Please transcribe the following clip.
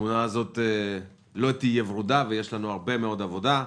שהתמונה הזאת לא תהיה ורודה ויש לנו הרבה מאוד עבודה.